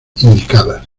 indicadas